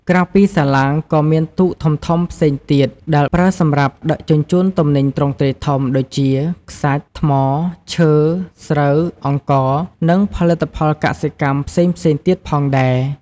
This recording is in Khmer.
ក្រៅពីសាឡាង ក៏មានទូកធំៗផ្សេងទៀតដែលប្រើសម្រាប់ ដឹកជញ្ជូនទំនិញទ្រង់ទ្រាយធំ ដូចជា ខ្សាច់ ថ្ម ឈើ ស្រូវ អង្ករ និងផលិតផលកសិកម្មផ្សេងៗទៀតផងដែរ។